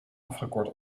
afgekort